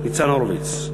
ניצן הורוביץ,